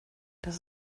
das